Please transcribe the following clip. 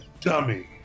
dummy